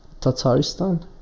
tataristan